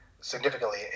significantly